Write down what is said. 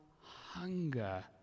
hunger